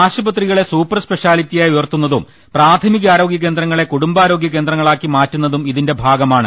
ആശുപത്രികളെ സൂപ്പർ സ്പെഷ്യാലിറ്റിയായി ഉയർത്തുന്നതും പ്രാഥമികാരോഗ്യകേന്ദ്രങ്ങളെ കുടും ബാരോഗ്യ കേന്ദ്രങ്ങളാക്കി മാറ്റുന്നതും ഇതിന്റെ ഭാഗമാണ്